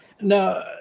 No